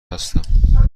هستم